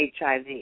HIV